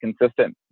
consistent